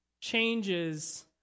changes